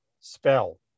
spell